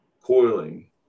coiling